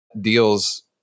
deals